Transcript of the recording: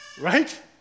Right